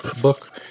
book